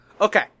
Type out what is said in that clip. Okay